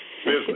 Business